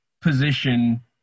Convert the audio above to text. position